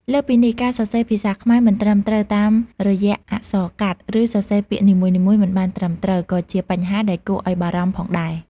លើសពីនេះ ការសរសេរភាសាខ្មែរមិនត្រឹមត្រូវតាមរយៈអក្សរកាត់ ឬសរសេរពាក្យនីមួយៗមិនបានត្រឹមត្រូវ ក៏ជាបញ្ហាដែលគួរឱ្យបារម្ភផងដែរ។